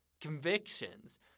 convictions